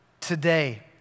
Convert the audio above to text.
Today